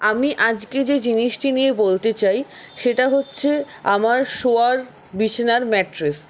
আমি আজকে যে জিনিসটি নিয়ে বলতে চাই সেটা হচ্ছে আমার শোয়ার বিছানার ম্যাট্রেস